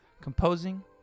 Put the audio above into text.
composing